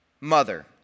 mother